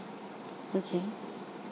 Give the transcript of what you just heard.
okay